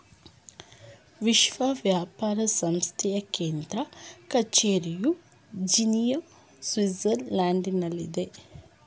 ವಿಶ್ವ ವ್ಯಾಪಾರ ಸಂಸ್ಥೆಯ ಕೇಂದ್ರ ಕಚೇರಿಯು ಜಿನಿಯಾ, ಸ್ವಿಟ್ಜರ್ಲ್ಯಾಂಡ್ನಲ್ಲಿದೆ